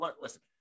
Listen